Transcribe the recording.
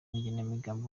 n’igenamigambi